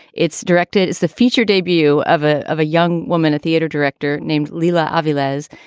it's directed is the feature debut of a of a young woman, a theater director named lila aviles.